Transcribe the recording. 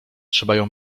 trzeba